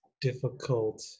difficult